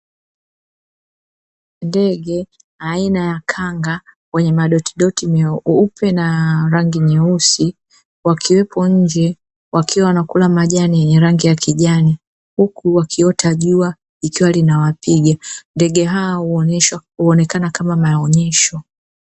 Ndege aina ya kanga wenye madotidoti mweupe na rangi nyeusi wakiwepo nje wakiwa wanakula majani yenye rangi ya kijani huku wakiota jua likiwa linawapiga. Ndege hao huonekana kama maonyesho.